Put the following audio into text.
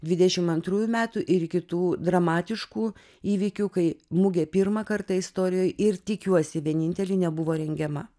dvidešimt antrųjų metų ir iki tų dramatiškų įvykių kai mugė pirmą kartą istorijoj ir tikiuosi vienintelį nebuvo rengiama